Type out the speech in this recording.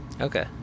Okay